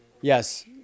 yes